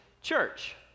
Church